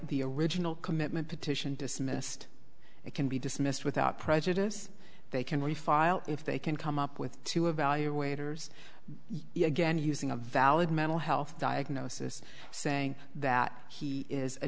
the original commitment petition dismissed it can be dismissed without prejudice they can refile if they can come up with to evaluators you again using a valid mental health diagnosis saying that he is a